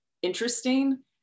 interesting